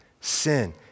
sin